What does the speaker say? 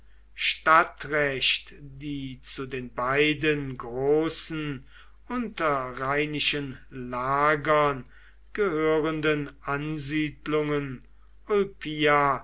stadtrecht die zu den beiden großen unterrheinischen lagern gehörenden ansiedlungen